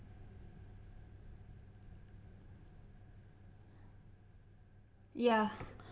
ya